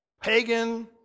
pagan